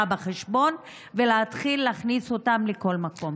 בחשבון ולהתחיל להכניס אותם לכל מקום.